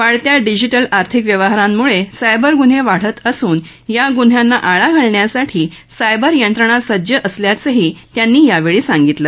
वाढत्या डिजिटल आर्थिक व्यवहारांमुळे सायबर गुन्हे वाढत असून या गुन्ह्यांना आळा घालण्यासाठी सायबर यंत्रणा सज्ज असल्याचंही त्यांनी यावेळी सांगितलं